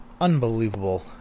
unbelievable